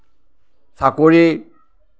চাকৰি